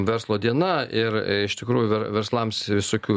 verslo diena ir iš tikrųjų verslams visokių